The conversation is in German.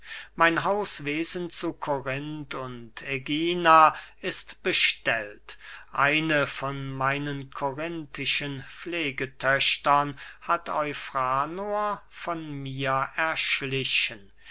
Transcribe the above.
mein hauswesen zu korinth und ägina ist bestellt eine von meinen korinthischen pflegetöchtern hat eufranor von mir erschlichen